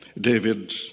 David